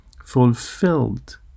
fulfilled